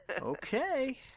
Okay